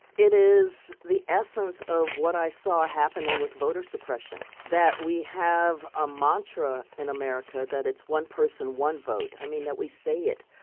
it is the essence of what i saw happening with voter suppression that we have a mantra in america that it's one person, one vote i mean, that we say it.